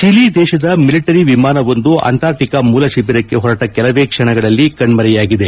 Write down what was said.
Chile ದೇಶದ military ವಿಮಾನವೊಂದು Antarctica ಮೂಲ ಶಿಬಿರಕ್ಕೆ ಹೊರಟ ಕೆಲವೇ ಕ್ಷಣಗಳಲ್ಲಿ ಕಣ್ಮರೆಯಾಗಿದೆ